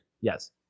Yes